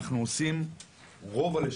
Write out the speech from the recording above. אנחנו עושים רוב הלשכות,